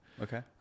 okay